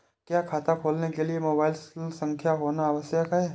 क्या खाता खोलने के लिए मोबाइल संख्या होना आवश्यक है?